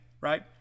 right